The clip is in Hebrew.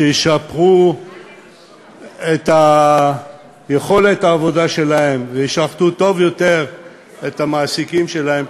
שישפרו את יכולת העבודה שלהם וישרתו טוב יותר את המעסיקים שלהם,